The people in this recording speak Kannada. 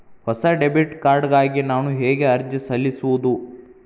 ಹೊಸ ಡೆಬಿಟ್ ಕಾರ್ಡ್ ಗಾಗಿ ನಾನು ಹೇಗೆ ಅರ್ಜಿ ಸಲ್ಲಿಸುವುದು?